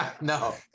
No